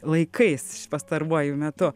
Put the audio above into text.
laikais š pastaruoju metu